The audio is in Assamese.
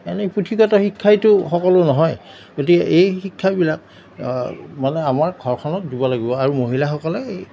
এনেই পুথিগত শিক্ষাইতো সকলো নহয় গতিকে এই শিক্ষাবিলাক মানে আমাৰ ঘৰখনত দিব লাগিব আৰু মহিলাসকলে এই